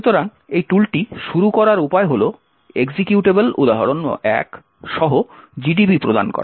সুতরাং এই টুলটি শুরু করার উপায় হল এক্সিকিউটেবল উদাহরণ1 সহ gdb প্রদান করা